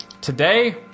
Today